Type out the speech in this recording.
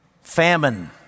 Famine